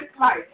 life